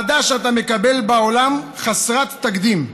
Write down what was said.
האהדה שאתה מקבל בעולם חסרת תקדים.